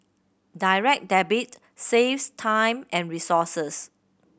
Direct Debit saves time and resources